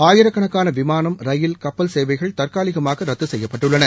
ஆயிரக்கணக்கான விமானம் ரயில் கப்பல் சேவைகள் தற்காலிகமாக ரத்து செய்யப்பட்டுள்ளன